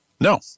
No